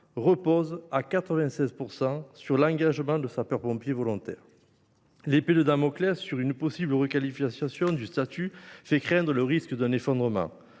repose à 96 % sur l’engagement de sapeurs pompiers volontaires. L’épée de Damoclès d’une possible requalification du statut fait craindre le risque d’un effondrement.